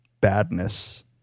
badness